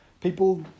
People